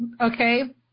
Okay